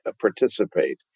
participate